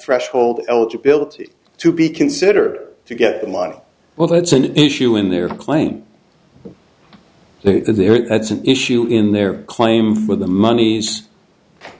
threshold eligibility to be considered to get the model well that's an issue in their claim there that's an issue in their claim for the monies